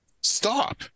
Stop